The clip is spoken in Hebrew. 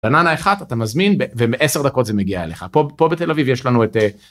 בננה אחת אתה מזמין וב-10 דקות זה מגיע אלייך. פה בתל אביב יש לנו את אה